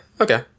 okay